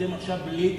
אתם עכשיו בלי צו.